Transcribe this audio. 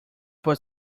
but